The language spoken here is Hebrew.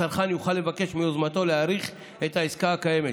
הצרכן יוכל לבקש מיוזמתו להאריך את העסקה הקיימת,